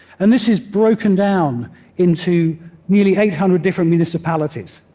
and this is broken down into nearly eight hundred different municipalities.